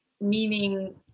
meaning